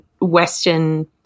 western